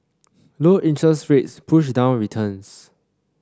low interest rates push down returns